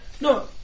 No